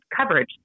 coverage